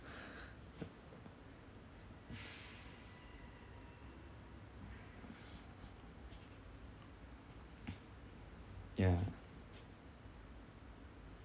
ya